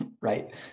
right